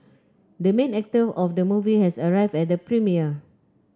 the main actor of the movie has arrived at the premiere